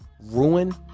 ruin